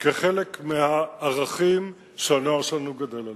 כחלק מהערכים שהנוער שלנו גדל עליהם.